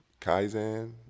Kaizen